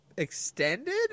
extended